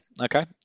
Okay